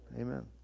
amen